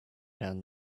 down